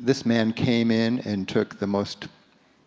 this man came in and took the most